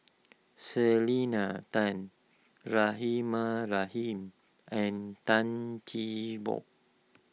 Selena Tan Rahimah Rahim and Tan Cheng Bock